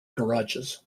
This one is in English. garages